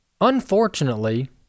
unfortunately